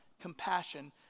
compassion